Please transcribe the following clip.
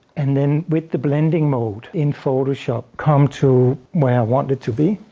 and then with the blending mode in photoshop, come to where i want it to be.